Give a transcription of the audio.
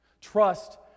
Trust